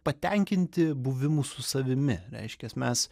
patenkinti buvimu su savimi reiškias mes